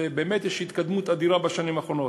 באמת יש התקדמות אדירה בשנים האחרונות.